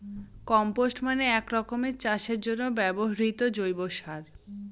compost মানে এক রকমের চাষের জন্য ব্যবহৃত জৈব সার